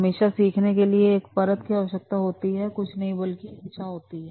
हमेशा सीखने के लिए एक परत कि आवश्यकता होती है और कुछ नहीं बल्कि इच्छा है